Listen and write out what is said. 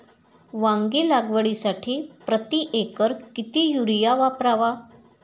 वांगी लागवडीसाठी प्रति एकर किती युरिया वापरावा?